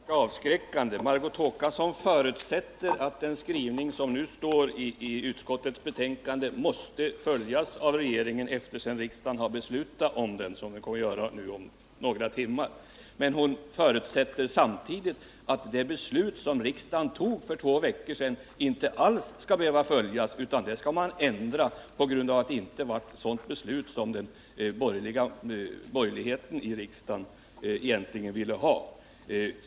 Herr talman! Detta börjar bli ganska avskräckande. Margot Håkansson förutsätter att den skrivning som nu finns i utskottets betänkande måste följas av regeringen när riksdagen har beslutat om den, som vi kommer att göra om några timmar. Men hon förutsätter samtidigt att det beslut som riksdagen fattade för två veckor sedan inte alls skall behöva följas — det skall man ändra på grund av att det inte blev det beslut som borgerligheten i riksdagen egentligen ville ha.